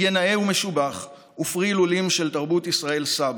יהיה נאה ומשובח ופרי הילולים של תרבות ישראל סבא,